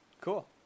Cool